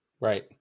Right